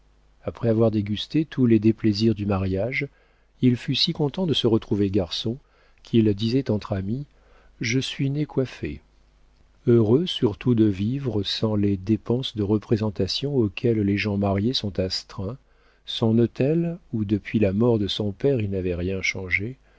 après avoir dégusté tous les déplaisirs du mariage il fut si content de se retrouver garçon qu'il disait entre amis je suis né coiffé heureux surtout de vivre sans les dépenses de représentation auxquelles les gens mariés sont astreints son hôtel où depuis la mort de son père il n'avait rien changé